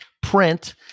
Print